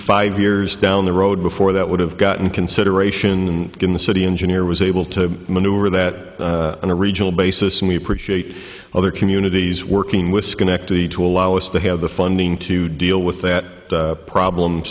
five years down the road before that would have gotten consideration in the city engineer was able to maneuver that on a regional basis and we appreciate other communities working with schenectady to allow us to have the funding to deal with that problem